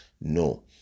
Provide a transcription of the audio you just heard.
No